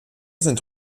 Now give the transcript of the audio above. sind